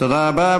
תודה רבה.